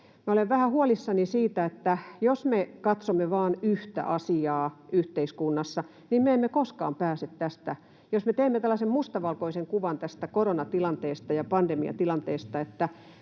olen vähän huolissani siitä, jos me katsomme vain yhtä asiaa yhteiskunnassa. Me emme koskaan pääse tästä, jos me teemme tällaisen mustavalkoisen kuvan tästä koronatilanteesta ja pandemiatilanteesta,